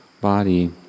body